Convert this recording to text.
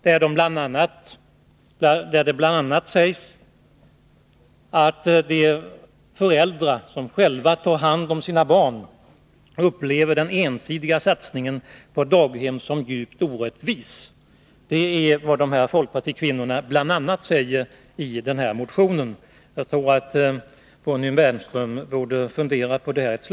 Där sägs bl.a. att de föräldrar som själva tar hand om sina barn upplever den ensidiga satsningen på daghem som djupt orättvis. Jag tror att Bonnie Bernström borde fundera ett slag på detta.